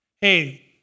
hey